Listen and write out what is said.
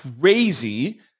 crazy